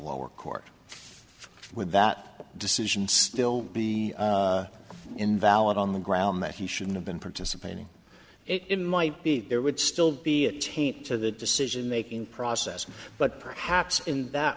lower court with that decision still be invalid on the ground that he shouldn't have been participating it might be that there would still be a taint to the decision making process but perhaps in that